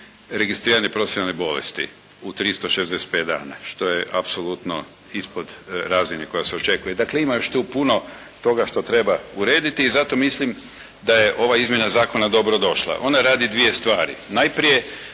registrirane profesionalne bolesti u 365 dana što je apsolutno ispod razine koja se očekuje. Dakle, ima još tu puno toga što treba urediti. I zato mislim da je ova izmjena zakona dobro došla. Ona radi dvije stvari.